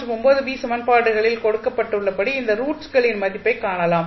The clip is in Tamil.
மற்றும் சமன்பாடுகளில் கொடுக்கப்பட்டுள்ளபடி இந்த ரூட்களின் மதிப்பை காணலாம்